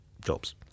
jobs